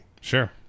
Sure